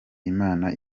imana